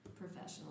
professional